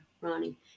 Ronnie